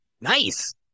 nice